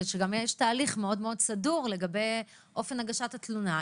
ושגם יש תהליך מאוד מאוד סדור לגבי אופן הגשת התלונה,